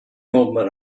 movement